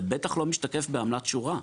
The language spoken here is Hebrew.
זה בטח לא משתקף בעמלת שורה.